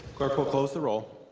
clerk will close the roll.